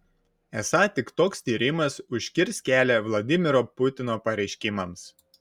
esą tik toks tyrimas užkirs kelią vladimiro putino pareiškimams